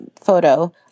photo